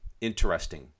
interesting